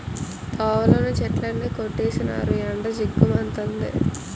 తోవలోని చెట్లన్నీ కొట్టీసినారు ఎండ జిగ్గు మంతంది